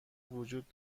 وجود